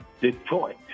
Detroit